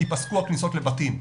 יפסקו הכניסות לבתים.